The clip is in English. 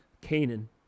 Canaan